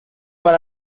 para